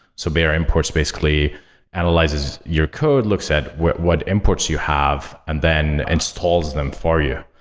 so bear imports basically analyzes your code. looks at what what imports you have, and then installs them for you.